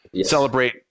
celebrate